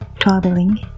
traveling